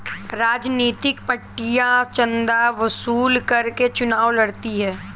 राजनीतिक पार्टियां चंदा वसूल करके चुनाव लड़ती हैं